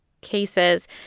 cases